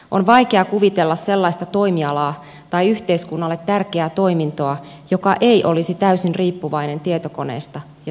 on vaikeaa kuvitella sellaista toimialaa tai yhteiskunnalle tärkeää toimintoa joka ei olisi täysin riippuvainen tietokoneista ja tietoverkoista